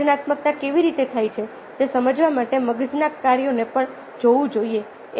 સર્જનાત્મકતા કેવી રીતે થાય છે તે સમજવા માટે મગજના કાર્યોને પણ જોવું જોઈએ